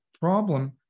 problem